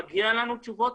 מגיע לנו תשובות.